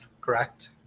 Correct